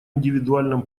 индивидуальном